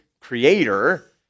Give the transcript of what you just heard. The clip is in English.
creator